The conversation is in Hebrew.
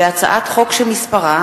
בילסקי,